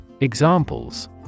Examples